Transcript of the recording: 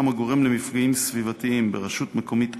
הגורם למפגעים סביבתיים ברשות מקומית אחרת,